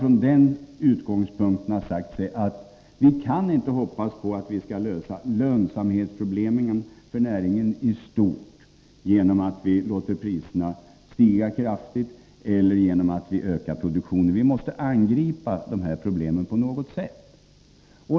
Från den utgångspunkten har LRF sagt sig inte kunna hoppas på en lösning i stort av näringens lönsamhetsproblem som innebär att priserna stiger kraftigt eller att produktionen ökar. Vi måste angripa dessa problem på något sätt.